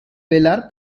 velar